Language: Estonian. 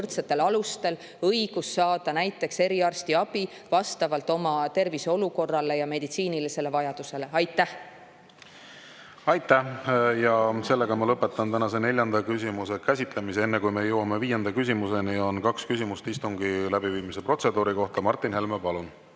õigus saada näiteks eriarstiabi vastavalt oma tervise olukorrale ja meditsiinilisele vajadusele. Aitäh! Lõpetan tänase neljanda küsimuse käsitlemise. Enne kui me jõuame viienda küsimuseni, on kaks küsimust istungi läbiviimise protseduuri kohta. Martin Helme, palun!